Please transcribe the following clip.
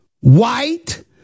white